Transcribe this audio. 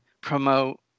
promote